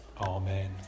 Amen